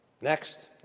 Next